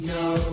no